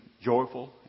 joyful